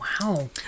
Wow